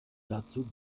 dazu